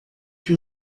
que